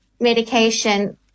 medication